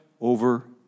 over